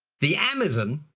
the amazon,